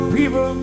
people